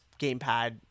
gamepad